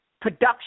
production